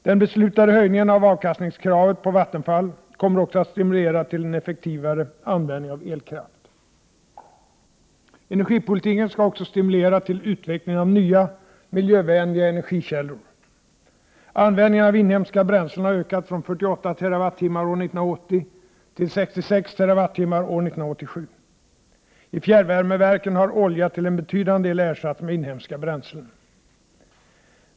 Det beslutade kravet på en höjning av Vattenfalls avkastning kommer också att stimulera till en effektivare användning av. elkraft. Energipolitiken skall också stimulera till utvecklingen av nya, miljövänliga energikällor. Användningen av inhemska bränslen har ökat från 48 TWh år 1980 till 66 TWh år 1987. I fjärrvärmeverken har olja till en betydande del ersatts med inhemska bränslen.